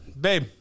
babe